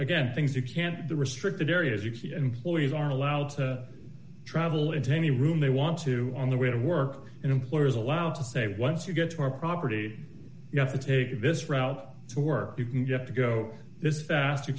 again things you can't the restricted areas you keep employees are allowed to travel into any room they want to on the way to work an employer is allowed to say once you get your property you have to this route to work you can get to go this fast you